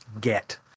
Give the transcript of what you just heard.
get